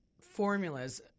formulas